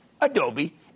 Adobe